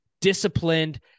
disciplined